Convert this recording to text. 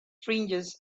fringes